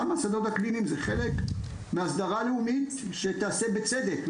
גם השדות הקליניים זה חלק מההסדרה הלאומית שתיעשה בצדק.